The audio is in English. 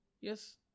Yes